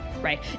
right